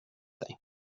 dig